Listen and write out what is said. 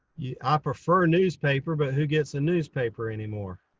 yeah ah prefer newspaper, but who gets a newspaper anymore?